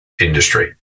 industry